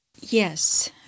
Yes